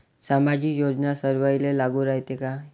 सामाजिक योजना सर्वाईले लागू रायते काय?